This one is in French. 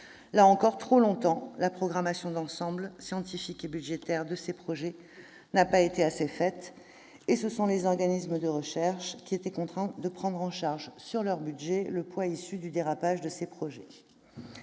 Là encore, trop longtemps, la programmation d'ensemble, scientifique et budgétaire, de ces projets n'a pas été suffisante, et ce sont les organismes de recherche qui étaient contraints de prendre en charge sur leurs budgets le poids issu du dérapage desdits projets.